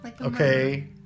Okay